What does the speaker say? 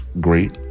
great